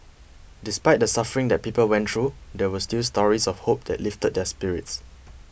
despite the suffering that people went through there were still stories of hope that lifted their spirits